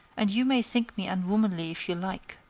and you may think me unwomanly if you like.